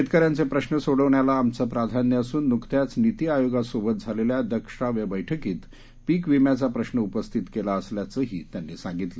शेतकऱ्यांचे प्रश्र सोडवण्याला आमचं प्राधान्य असून नुकत्याच नीती आयोगासोबत झालेल्या दृकश्राव्य बैठकीत पीक विम्याचा प्रश्न उपस्थित केला असल्याचंही त्यांनी सांगितलं